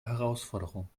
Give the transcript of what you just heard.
herausforderung